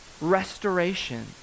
restoration